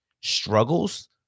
struggles